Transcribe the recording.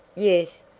yes,